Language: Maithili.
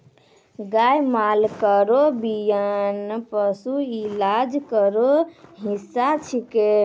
गाय माल केरो बियान पशु इलाज केरो हिस्सा छिकै